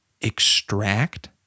extract